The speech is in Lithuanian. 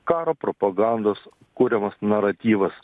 karo propagandos kuriamas naratyvas